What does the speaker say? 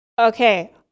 okay